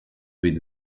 with